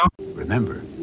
Remember